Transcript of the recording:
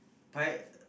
pie